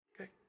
Okay